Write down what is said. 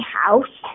house